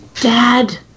dad